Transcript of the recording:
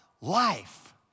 life